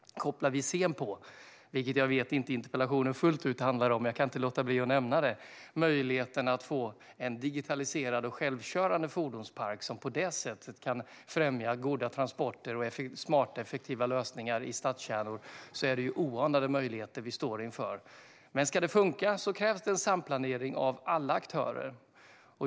Kopplar vi sedan på, vilket jag vet att interpellationen inte fullt ut handlar om men jag inte kan låta bli att nämna, möjligheten att få en digitaliserad och självkörande fordonspark som kan främja goda transporter och smarta och effektiva lösningar i stadskärnor står vi inför oanade möjligheter. Ska det funka krävs en samplanering av alla aktörer.